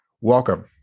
welcome